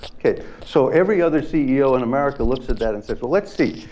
okay. so every other ceo in america looks at that and says, well, let's see.